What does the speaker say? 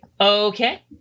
Okay